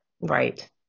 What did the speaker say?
Right